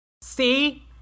See